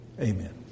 amen